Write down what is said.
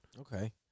Okay